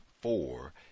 four